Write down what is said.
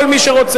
כל מי שרוצה,